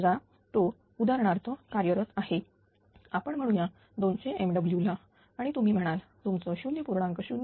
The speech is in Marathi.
समजा तो उदाहरणार्थ कार्यरत आहे आपण म्हणू या 200 MW ला आणि तुम्ही म्हणाल तुमचं 0